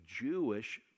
Jewish